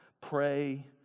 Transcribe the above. Pray